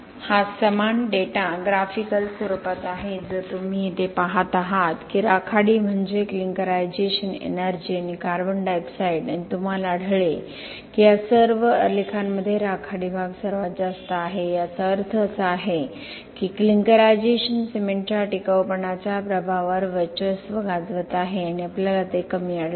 हा समान data graphical स्वरूपात आहे जो तुम्ही येथे पाहत आहात की राखाडी म्हणजे क्लिंकरायझेशन एनर्जी आणि कार्बन डायॉक्साइड आणि तुम्हाला आढळले की या सर्व आलेखांमध्ये राखाडी भाग सर्वात जास्त आहे याचा अर्थ असा आहे की क्लिंकरायझेशन सिमेंटच्या टिकाऊपणाच्या प्रभावावर वर्चस्व गाजवत आहे आणि आपल्याला ते कमी आढळते